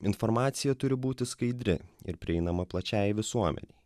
informacija turi būti skaidri ir prieinama plačiajai visuomenei